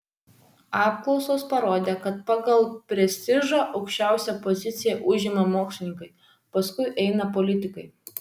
apklausos parodė kad pagal prestižą aukščiausią poziciją užima mokslininkai paskui eina politikai